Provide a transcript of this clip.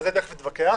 ועל זה תיכף נתווכח,